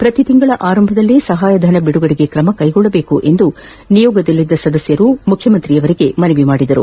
ಶ್ರತಿ ತಿಂಗಳ ಆರಂಭದಲ್ಲೇ ಸಹಾಯಧನ ಬಿಡುಗಡೆಗೆ ತ್ರಮಕ್ಕೆಗೊಳ್ಳಬೇಕು ಎಂದು ನಿಯೋಗದಲ್ಲಿದ್ದ ಸದಸ್ನರು ಮುಖ್ಯಮಂತ್ರಿಯವರಿಗೆ ಮನವಿ ಮಾಡಿದರು